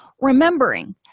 Remembering